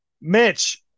mitch